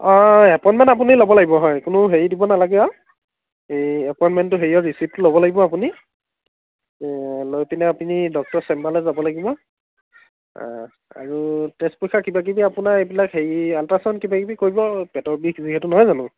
অঁ এপইণ্টমেণ্ট আপুনি ল'ব লাগিব হয় কোনো হেৰি দিব নালাগে আৰু এই এপইণ্টমেণ্টটো হেৰিয়ত ৰিচিপ্টটো ল'ব লাগিব আপুনি লৈ পিনে আপুনি ডক্তৰৰ চেম্বাৰলৈ যাব লাগিব আৰু তেজ পৰীক্ষা কিবাকিবি আপোনাৰ এইবিলাক হেৰি আল্টাছাউণ্ড কিবাকিবি কৰিব পেটৰ বিষ যিহেতু নহয় জানো